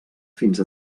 fins